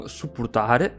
suportar